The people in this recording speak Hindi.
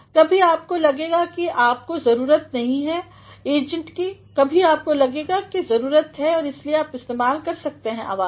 कभी आपको लगेगा कि आपको जरूरत नहीं है एजेंट की कभी आपको लगेगा आपको जरूरत है और इसलिए आप इस्तेमाल कर सकते हैं आवाज़